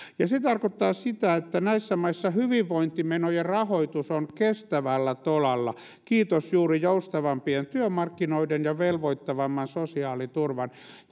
se tarkoittaa sitä että näissä maissa hyvinvointimenojen rahoitus on kestävällä tolalla kiitos juuri joustavampien työmarkkinoiden ja velvoittavamman sosiaaliturvan